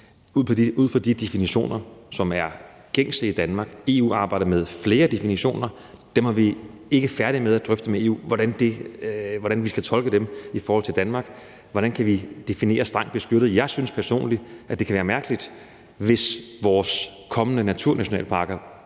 ud fra de definitioner, som er gængse i Danmark. EU arbejder med flere definitioner. Dem er vi ikke færdige med at drøfte med EU, med hensyn til hvordan vi skal tolke dem i forhold til Danmark. Hvordan kan vi definere, hvad der er »strengt beskyttet«? Jeg synes personligt, at det ville være mærkeligt, hvis vores kommende naturnationalparker